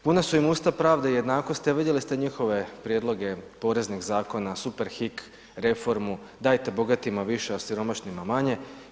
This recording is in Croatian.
Puna su im usta pravde i jednakosti a vidjeli ste njihove prijedloge poreznih zakona, superhik reformu, dajte bogatima više a siromašnima manje.